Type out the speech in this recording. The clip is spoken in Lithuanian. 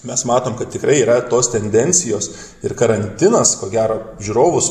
mes matom kad tikrai yra tos tendencijos ir karantinas ko gero žiūrovus